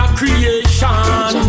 creation